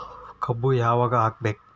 ಕಬ್ಬು ಯಾವಾಗ ಹಾಕಬೇಕು?